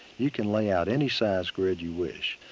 you can lay out any size grid you wish.